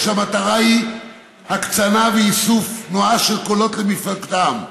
והמטרה היא הקצנה ואיסוף נואש של קולות למפלגתם.